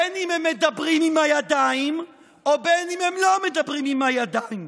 בין שהם מדברים בידיים ובין שהם לא מדברים בידיים.